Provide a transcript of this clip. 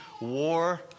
war